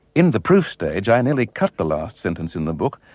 in the proof stage i nearly cut the last sentence in the book,